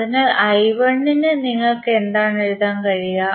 അതിനാൽ ന് നിങ്ങൾക്ക് എന്താണ് എഴുതാൻ കഴിയുക